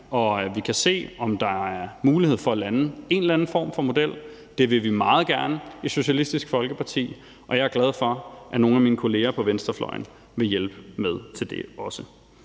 vi kan se på, om der er en mulighed for at lande en eller anden form for model. Det vil vi meget gerne i Socialistisk Folkeparti, og jeg er også glad for, at nogle af mine kolleger på venstrefløjen vil hjælpe med til det.